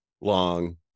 long